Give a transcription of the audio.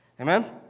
Amen